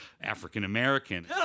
African-American